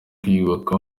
kwiyubaka